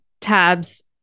tabs